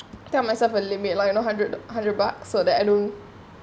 tell myself a limit like you know hundred hundred bucks so that I don't